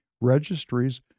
registries